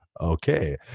okay